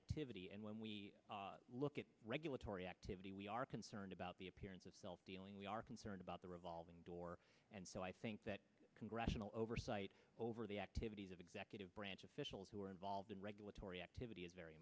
activity and when we look at regulatory activity we are concerned about the appearance of dealing we are concerned about the revolving door and so i think that congressional oversight over the activities of executive branch officials who are involved in regulatory activity is very